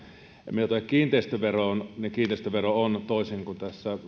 mitä tulee kiinteistöveroon niin kiinteistövero on toisin kuin